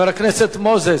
חבר הכנסת מוזס,